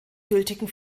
gültigen